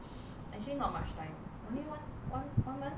sh~ actually not much time only one one one month